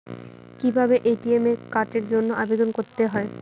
কিভাবে এ.টি.এম কার্ডের জন্য আবেদন করতে হয়?